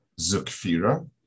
zukfira